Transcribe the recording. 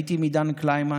הייתי עם עידן קליימן.